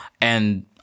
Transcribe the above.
And-